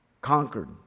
conquered